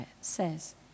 says